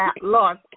lost